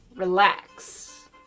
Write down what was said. Relax